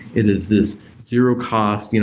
it is this zero cost, you know